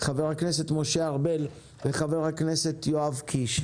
ח"כ משה ארבל וח"כ יואב קיש.